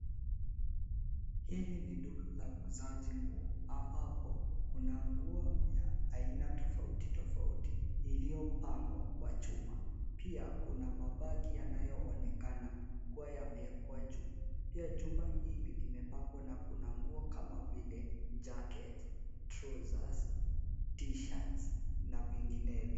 Hili ni duka la uuzaji nguo ambapo kuna nguo ya aina tofauti tofauti iliyopangwa kwa chuma. Pia kuna mabagi yanayoonekana kuwa yamewekwa juu. Pia ,jumba hili limepangwa na kuna nguo kama vile jacket, trousers , t-shirts , na vinginevyo.